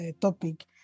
topic